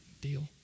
Deal